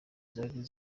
zari